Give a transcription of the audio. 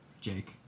Jake